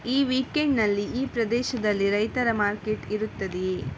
ಈ ವೀಕೆಂಡ್ನಲ್ಲಿ ಈ ಪ್ರದೇಶದಲ್ಲಿ ರೈತರ ಮಾರ್ಕೆಟ್ ಇರುತ್ತದೆಯೇ